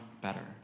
better